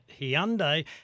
Hyundai